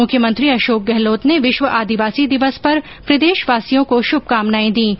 मुख्यमंत्री अशोक गहलोत ने विश्व आदिवासी दिवस पर प्रदेशवासियों को श्भकामनाएं दी हैं